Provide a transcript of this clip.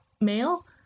male